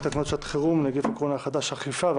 תקנות שעת חירום (נגיף הקורונה החדש אכיפה) (תיקון),